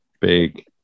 big